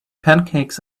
pancakes